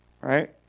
Right